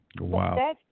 Wow